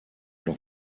noch